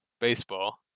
Baseball